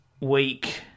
week